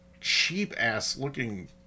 cheap-ass-looking